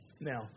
Now